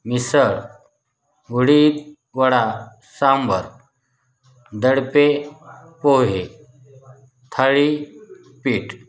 मिसळ udid vada sambar dadpe pohe thalipeeth